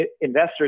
investors